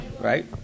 Right